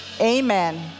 Amen